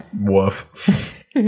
Woof